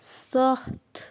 ستھ